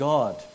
God